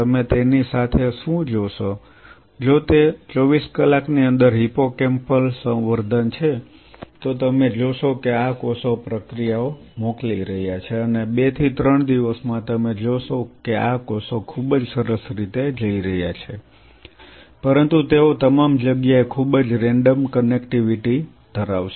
તમે તેની સાથે શું જોશો જો તે 24 કલાકની અંદર હિપ્પોકેમ્પલ સંવર્ધન છે તો તમે જોશો કે આ કોષો પ્રક્રિયાઓ મોકલી રહ્યા છે અને 2 થી 3 દિવસમાં તમે જોશો કે આ કોષો ખૂબ જ સરસ રીતે જઈ રહ્યા છે પરંતુ તેઓ તમામ જગ્યાએ ખૂબ જ રેન્ડમ કનેક્ટિવિટી ધરાવશે